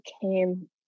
came